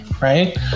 right